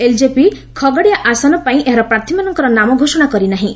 LJP Khagaria ଆସନପାଇଁ ଏହାର ପ୍ରାର୍ଥୀଙ୍କର ନାମ ଘୋଷଣା କରି ନାହିଁ